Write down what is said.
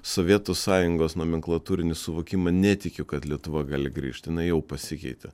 sovietų sąjungos nomenklatūrinį suvokimą netikiu kad lietuva gali grįžt jinai jau pasikeitė